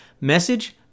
Message